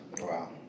Wow